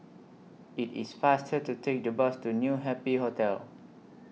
IT IS faster to Take The Bus to New Happy Hotel